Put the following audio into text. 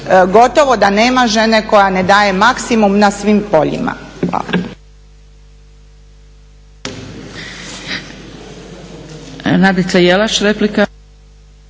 gotovo da nema žene koja ne daje maksimum na svim poljima.